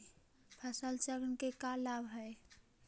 फसल चक्रण के का लाभ हई?